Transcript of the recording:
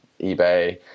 eBay